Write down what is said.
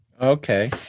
okay